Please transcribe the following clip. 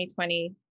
2020